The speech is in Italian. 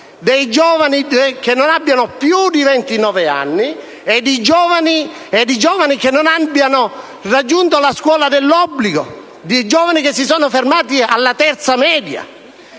dei giovani che non abbiano più di 29 anni, giovani che non abbiano frequentato la scuola dell'obbligo, ovvero che si sono fermati alla terza media.